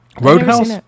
Roadhouse